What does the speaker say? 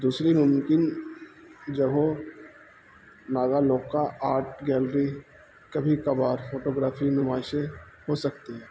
دوسری نمکن جہ ناگا لوکا آرٹ گیلری کبھی کبھار فوٹوگرافی نماائشیں ہو سکتی ہیں